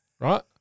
Right